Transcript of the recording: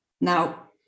now